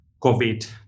COVID